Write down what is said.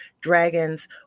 dragons